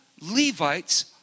Levites